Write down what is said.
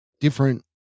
different